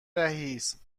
رئیس